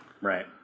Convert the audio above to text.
Right